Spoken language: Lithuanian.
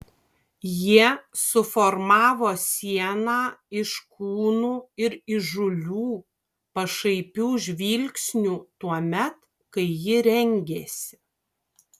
jie suformavo sieną iš kūnų ir įžūlių pašaipių žvilgsnių tuomet kai ji rengėsi